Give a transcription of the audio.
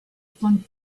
flung